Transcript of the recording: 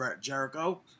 Jericho